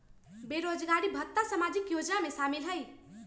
बेरोजगारी भत्ता सामाजिक योजना में शामिल ह ई?